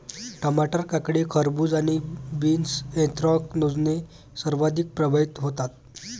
टमाटर, काकडी, खरबूज आणि बीन्स ऍन्थ्रॅकनोजने सर्वाधिक प्रभावित होतात